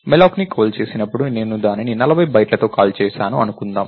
malloc ని call చేసినప్పుడు నేను దానిని 40 బైట్లతో కాల్ చేశాను అనుకుందాం